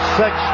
six